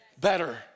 better